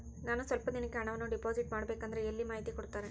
ನಾನು ಸ್ವಲ್ಪ ದಿನಕ್ಕೆ ಹಣವನ್ನು ಡಿಪಾಸಿಟ್ ಮಾಡಬೇಕಂದ್ರೆ ಎಲ್ಲಿ ಮಾಹಿತಿ ಕೊಡ್ತಾರೆ?